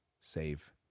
save